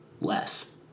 Less